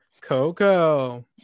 Coco